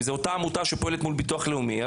אם זו עמותה שפועלת מול ביטוח לאומי,